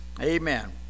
Amen